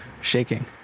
shaking